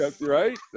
right